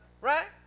Right